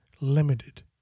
limited